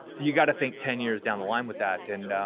you gotta think ten years down the line with that and